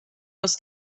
els